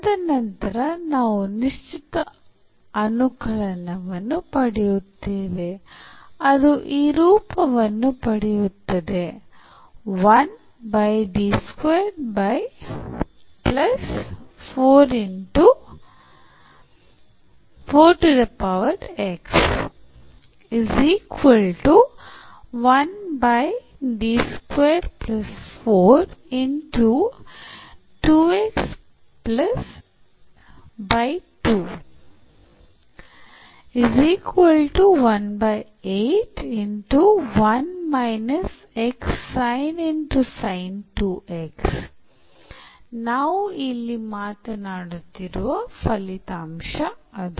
ತದನಂತರ ನಾವು ನಿಶ್ಚಿತ ಅನುಕಲನವನ್ನು ಪಡೆಯುತ್ತೇವೆ ಅದು ಈ ರೂಪವನ್ನು ಪಡೆಯುತ್ತದೆ ನಾವು ಇಲ್ಲಿ ಮಾತನಾಡುತ್ತಿರುವ ಫಲಿತಾಂಶ ಅದು